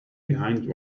behind